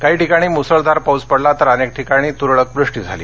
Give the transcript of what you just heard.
काही ठिकाणी मुसळधार पाऊस पडला तर अनेक ठिकाणी तुरळक वृष्टी झाली